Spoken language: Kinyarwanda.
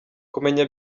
kumenya